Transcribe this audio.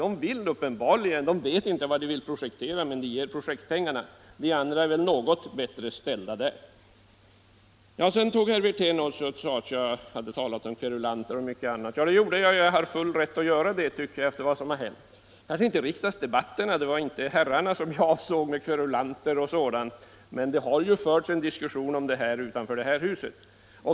De vet uppenbarligen inte vad de vill projektera men vill ändå anslå projektmedel. Vi andra är väl något bättre ställda i det avseendet. Herr Wirtén sade att jag talade om kverulanter. Ja, det gjorde jag, och jag tycker att jag har full rätt att göra det efter vad som har hänt. Det gäller kanske inte så mycket riksdagsdebatterna — det var inte mina meddebattörer jag avsåg med beteckningen kverulanter — men det har ju också förts en diskussion utanför detta hus.